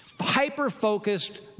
Hyper-focused